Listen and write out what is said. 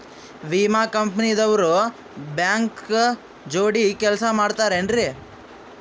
ವಿಮಾ ಕಂಪನಿ ದವ್ರು ಬ್ಯಾಂಕ ಜೋಡಿ ಕೆಲ್ಸ ಮಾಡತಾರೆನ್ರಿ?